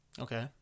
Okay